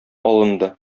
алынды